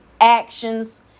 actions